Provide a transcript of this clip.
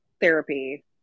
therapy